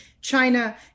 China